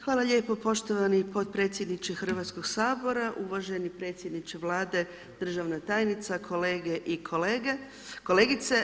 Hvala lijepo poštovani potpredsjedniče Hrvatskog sabora, uvaženi predsjedniče Vlade, državna tajnica, kolege i kolegice.